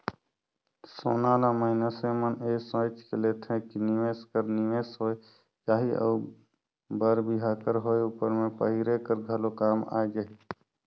सोना ल मइनसे मन ए सोंएच के लेथे कि निवेस कर निवेस होए जाही अउ बर बिहा कर होए उपर में पहिरे कर घलो काम आए जाही